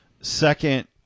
Second-